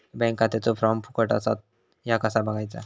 Bank खात्याचो form फुकट असा ह्या कसा बगायचा?